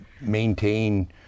maintain